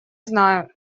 знаю